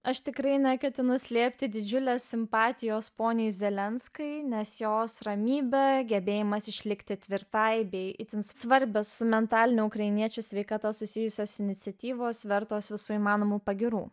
aš tikrai neketinu slėpti didžiulės simpatijos poniai zelenskai nes jos ramybė gebėjimas išlikti tvirtai bei itin svarbios su mentaline ukrainiečių sveikata susijusios iniciatyvos vertos visų įmanomų pagyrų